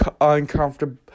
uncomfortable